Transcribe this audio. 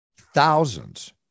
thousands